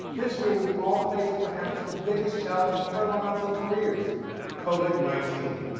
this year, we've all faced perhaps the biggest challenge of our lives and careers covid nineteen.